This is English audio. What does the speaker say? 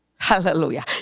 Hallelujah